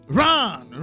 run